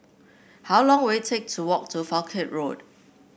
how long will it take to walk to Falkland Road